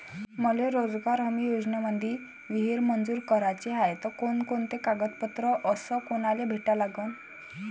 मले रोजगार हमी योजनेमंदी विहीर मंजूर कराची हाये त कोनकोनते कागदपत्र अस कोनाले भेटा लागन?